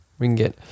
Ringgit